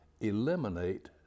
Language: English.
Eliminate